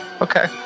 okay